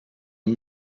and